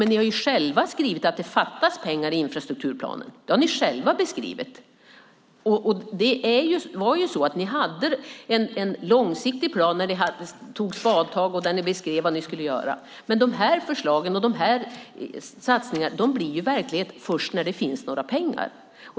Ni har ju själva skrivit att det fattas pengar i infrastrukturplanen! Det har ni själva beskrivit. Ni hade en långsiktig plan. Ni tog spadtag och beskrev vad ni skulle göra, men förslagen och satsningarna blir verklighet först när det finns pengar.